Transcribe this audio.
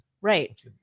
Right